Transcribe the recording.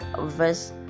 verse